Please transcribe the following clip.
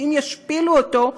שאם ישפילו אותו,